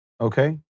Okay